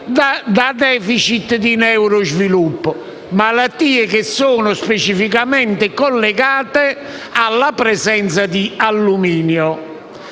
da *deficit* di neurosviluppo. Malattie che sono specificamente collegate alla presenza di alluminio.